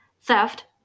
theft